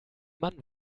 man